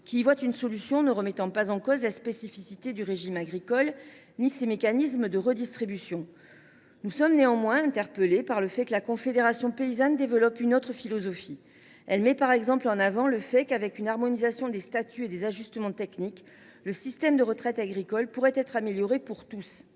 qui y voit une solution ne remettant pas en cause la spécificité du régime agricole ni ses mécanismes de redistribution. Nous sommes néanmoins interpellés par le fait que la Confédération paysanne développe une autre philosophie : elle met en avant, par exemple, le fait que, avec une harmonisation des statuts et des ajustements techniques, le système de retraite agricole pourrait être amélioré pour tous.